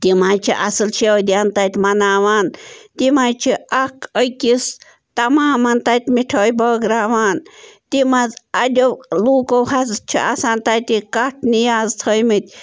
تِم حظ چھِ اصٕل شٲدِیان تَتہِ مناوان تِم حظ چھِ اَکھ أکِس تَمامَن تَتہِ مِٹھٲے بٲگٕراوان تِم حظ اَڑیٚو لوٗکَو حظ چھِ آسان تَتہِ کَٹھ نیاز تھٲیِمٕتۍ